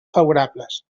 favorables